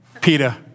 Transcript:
PETA